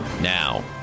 now